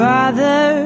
Father